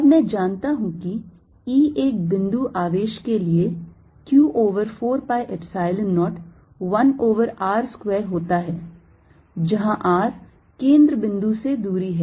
अब मैं जानता हूं कि E एक बिंदु आवेश के लिए q over 4 pi Epsilon 0 1 over r square होता है जहां r केंद्र बिंदु से दूरी है